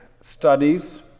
studies